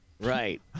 Right